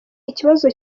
ikibazo